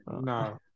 No